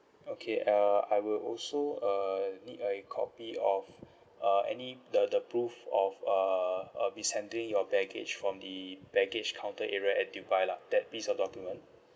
okay uh I will also uh need a copy of uh any the the proof of uh uh your baggage from the baggage counter area at dubai lah that piece of document